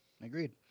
Agreed